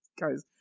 Guys